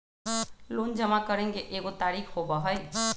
Loan जमा करेंगे एगो तारीक होबहई?